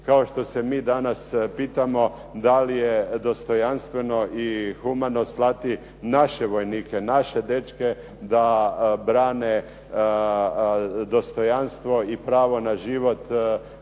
kao što se mi danas pitamo da li je dostojanstveno i humano slati naše vojnike i naše dečke da brane dostojanstvo i pravo na život